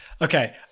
Okay